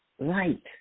light